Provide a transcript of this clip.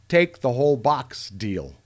take-the-whole-box-deal